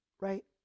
right